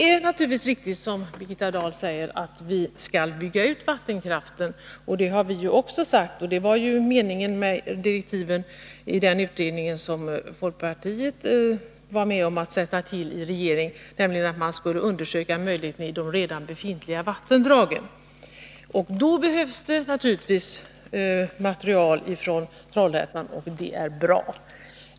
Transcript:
Fru talman! Det är riktigt som Birgitta Dahl säger, att vi skall bygga ut vattenkraften. Det har också vi sagt, och i direktiven till den utredning som folkpartiet i regeringsställning var med om att tillsätta ingick att man skulle undersöka möjligheterna beträffande de redan utbyggda vattendragen. Då behövs det naturligtvis material från Trollhättan, och det är bra.